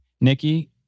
Nikki